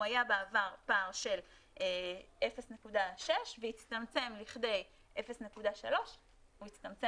הוא היה בעבר פער של 0.6 והצטמצם לכדי 0.3. הוא הצטמצם